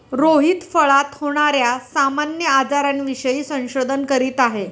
रोहित फळात होणार्या सामान्य आजारांविषयी संशोधन करीत आहे